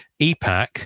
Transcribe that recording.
epac